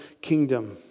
kingdom